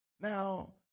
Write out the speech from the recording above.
Now